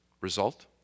Result